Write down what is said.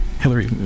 Hillary